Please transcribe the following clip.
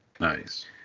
Nice